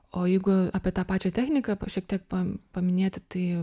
o jeigu apie tą pačią techniką pa šiek tiek pa paminėti tai